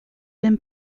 been